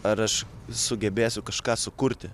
ar aš sugebėsiu kažką sukurti